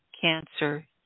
cancer